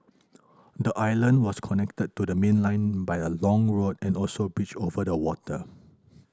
the island was connected to the mainland by a long road and also bridges over the water